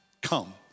Come